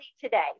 today